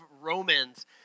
Romans